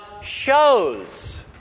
shows